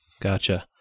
Gotcha